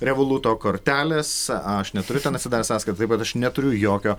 revoluto kortelės aš neturiu ten atsidaręs sąskait taip kad aš neturiu jokio